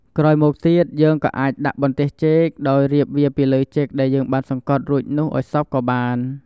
ក្រោយមកទៀត យើងក៏អាចដាក់បន្ទះចេក ដោយរៀបវាពីលើចេកដែលយើងបានសង្កត់រួចនោះឱ្យសព្វក៏បាន។